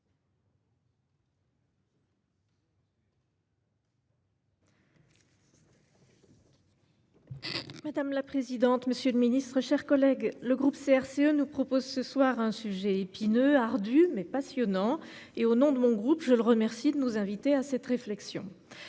Madame la présidente, monsieur le ministre, mes chers collègues, le groupe CRCE nous propose ce soir un sujet épineux, ardu, mais passionnant, et je le remercie, au nom de mon groupe, de nous inviter à cette réflexion.